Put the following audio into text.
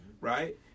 right